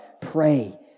pray